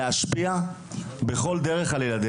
בין היתר להשפיע גם בכל דרך שיחפצו על ילדינו.